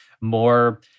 more